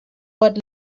what